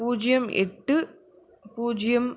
பூஜ்யம் எட்டு பூஜ்யம்